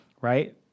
right